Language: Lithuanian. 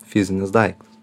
fizinis daiktas